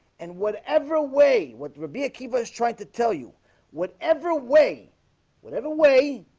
and whatever way what rabi akiva is trying to tell you whatever way whatever way?